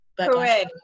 Correct